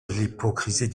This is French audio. l’hypocrisie